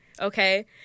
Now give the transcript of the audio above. Okay